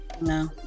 No